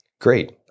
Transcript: Great